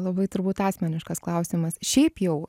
labai turbūt asmeniškas klausimas šiaip jau